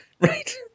right